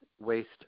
waste